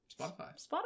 spotify